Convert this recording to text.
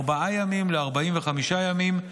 מארבעה ימים ל-45 ימים,